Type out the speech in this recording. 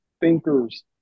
thinkers